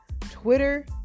Twitter